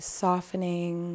softening